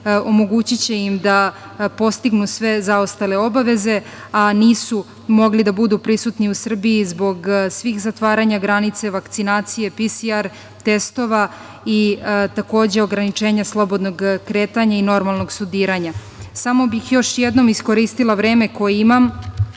omogućiće im da postignu sve zaostale obaveze, a nisu mogli da budu prisutni u Srbiji zbog svih zatvaranja granica i vakcinacije PSR testova i takođe, ograničenja slobodnog kretanja i normalnog studiranja. Samo bih još jednom iskoristila vreme koje imam,